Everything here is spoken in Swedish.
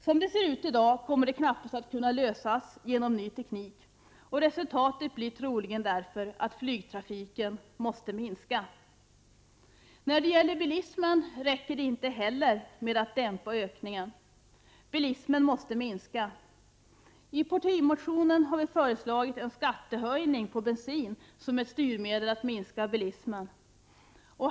Som det ser ut i dag kommer det knappast att kunna lösas genom ny teknik, och resultatet blir troligen därför att flygtrafiken måste minska. Inte heller när det gäller bilismen räcker det med att dämpa ökningen. Bilismen måste minska. I partimotionen har vi föreslagit en skattehöjning på bensin som ett styrmedel för att minska bilismen.